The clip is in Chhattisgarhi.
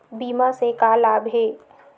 बीमा से का लाभ हे?